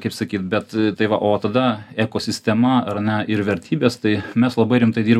kaip sakyt bet tai va o tada ekosistema ar ne ir vertybės tai mes labai rimtai dirbam